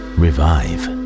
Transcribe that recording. revive